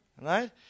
Right